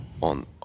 on